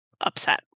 upset